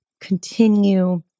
continue